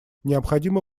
необходимы